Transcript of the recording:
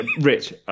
Rich